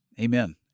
Amen